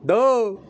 ਦੋ